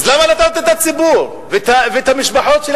אז למה להטעות את הציבור ואת המשפחות של